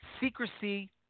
secrecy